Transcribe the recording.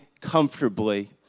comfortably